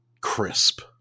crisp